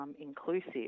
inclusive